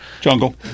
jungle